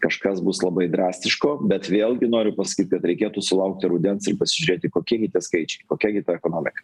kažkas bus labai drastiško bet vėlgi noriu pasakyt kad reikėtų sulaukti rudens ir pasižiūrėti kokie gi tie skaičiai kokia gi ta ekonomika